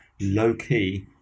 low-key